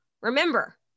Remember